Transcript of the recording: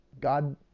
God